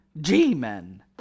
G-men